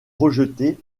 rejeté